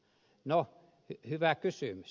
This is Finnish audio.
no hyvä kysymys